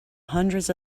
hundreds